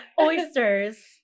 Oysters